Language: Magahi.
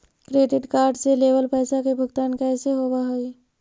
क्रेडिट कार्ड से लेवल पैसा के भुगतान कैसे होव हइ?